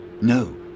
No